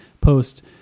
post